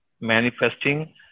manifesting